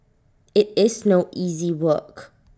IT is no easy work